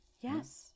Yes